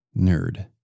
Nerd